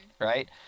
right